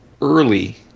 early